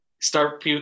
Start